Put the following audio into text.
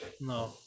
No